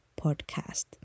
podcast